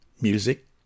music